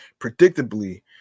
Predictably